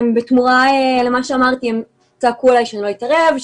בתמורה למה שאמרתי הם צעקו עליי שלא אתערב,